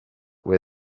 where